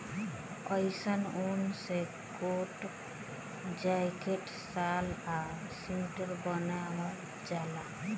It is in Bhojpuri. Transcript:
अइसन ऊन से कोट, जैकेट, शाल आ स्वेटर बनावल जाला